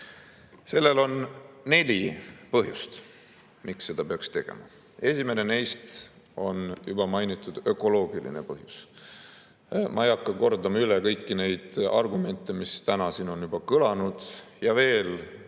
raiemahtu. On neli põhjust, miks seda peaks tegema. Esimene neist on juba mainitud ökoloogiline põhjus. Ma ei hakka üle kordama kõiki neid argumente, mis täna siin on juba kõlanud, ja veel